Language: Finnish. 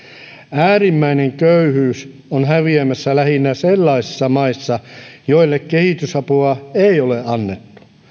äärimmäinen köyhyys on häviämässä lähinnä sellaisissa maissa joille kehitysapua ei ole annettu